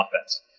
offense